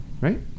right